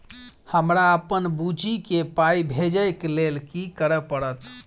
हमरा अप्पन बुची केँ पाई भेजइ केँ लेल की करऽ पड़त?